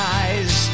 eyes